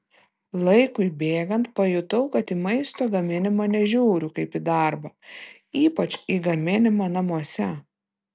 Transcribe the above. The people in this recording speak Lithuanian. laikui bėgant pajutau kad į maisto gaminimą nežiūriu kaip į darbą ypač į gaminimą namuose